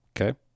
Okay